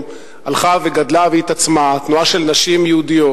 הלכה וגדלה והתעצמה תנועה של נשים יהודיות,